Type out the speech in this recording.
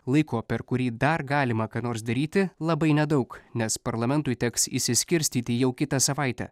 laiko per kurį dar galima ką nors daryti labai nedaug nes parlamentui teks išsiskirstyti jau kitą savaitę